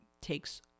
takes